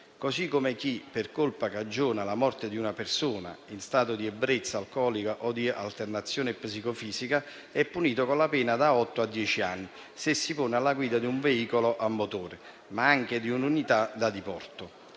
parimenti, chi per colpa cagiona la morte di una persona in stato di ebbrezza alcolica o di alterazione psicofisica è punito con la pena da otto a dieci anni, se si pone alla guida di un veicolo a motore, ma anche di un'unità da diporto.